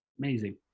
Amazing